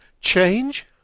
Change